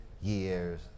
years